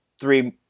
three